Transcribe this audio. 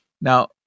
Now